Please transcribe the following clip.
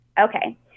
Okay